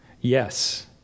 Yes